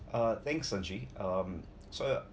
uh thank sonji um so your